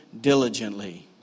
diligently